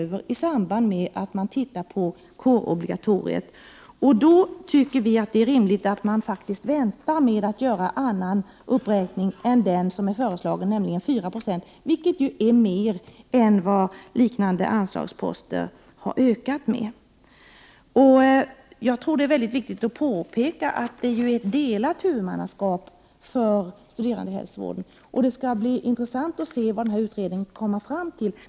Det sker i samband med att man tittar på frågan om kårobligatoriet. Vi tycker att det därför är rimligt att vänta med att göra någon annan uppräkning än den som föreslagits, nämligen med 4 Yo — vilket ju är en större ökning än den som gäller för liknande anslagsposter. Jag tror att det är väldigt viktigt att påpeka att vi har ett delat huvudmannaskap för studerandehälsovården. Det skall bli intressant att se vad utredningen kommer fram till.